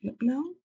No